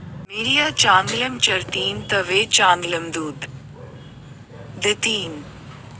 मेंढ्या चांगलं चरतीन तवय चांगलं दूध दितीन